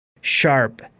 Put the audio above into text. sharp